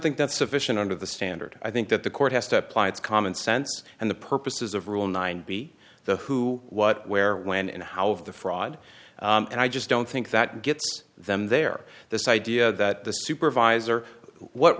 think that's sufficient under the standard i think that the court has to apply its common sense and the purposes of rule nine be the who what where when and how of the fraud and i just don't think that gets them there this idea that the supervisor what